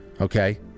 okay